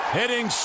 hitting